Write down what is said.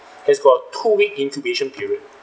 has got two week incubation period